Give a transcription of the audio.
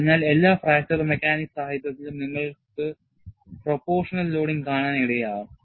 അതിനാൽ എല്ലാ fracture mechanics സാഹിത്യത്തിലും നിങ്ങൾക്ക് ആനുപാതിക ലോഡിംഗ് കാണാൻ ഇടയാകും